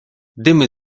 dymy